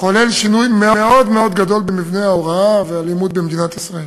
חוללו שינויים מאוד מאוד גדולים במבנה ההוראה והלימוד במדינת ישראל.